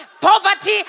poverty